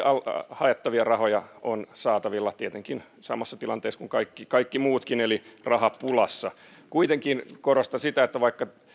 haettavia rahoja on saatavilla tietenkin samassa tilanteessa kuin kaikki muutkin eli rahapulassa kuitenkin korostan sitä että vaikka